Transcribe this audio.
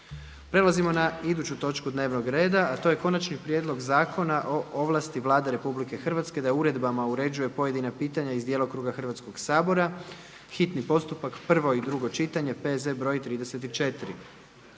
(MOST)** Sljedeća točka na glasovanju je Konačni prijedlog zakona o ovlasti Vlade Republike Hrvatske da uredbama uređuje povremena pitanja iz djelokruga Hrvatskoga sabora, hitni postupak, prvo i drugo čitanje, P.Z. br. 34.